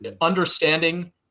understanding